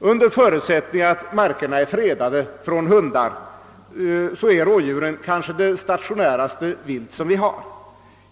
Under förutsättning att markerna är fredade från hundar är rådjur kanske vårt mest stationära vilt.